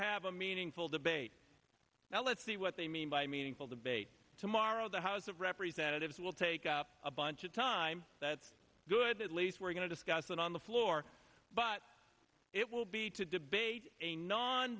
have a meaningful debate now let's see what they mean by meaningful debate tomorrow the house of representatives will take up a bunch of time that's good at least we're going to discuss it on the floor but it will be to debate a non